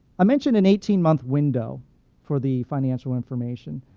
i mentioned an eighteen month window for the financial information.